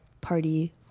party